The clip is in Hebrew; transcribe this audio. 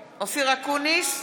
אקוניס,